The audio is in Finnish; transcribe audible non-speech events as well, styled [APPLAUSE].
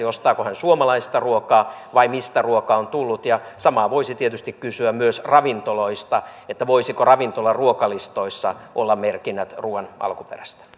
[UNINTELLIGIBLE] ostaako hän suomalaista ruokaa vai mistä ruoka on tullut ja samaa voisi tietysti kysyä myös ravintoloista että voisiko ravintoloiden ruokalistoissa olla merkinnät ruuan alkuperästä